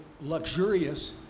luxurious